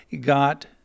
got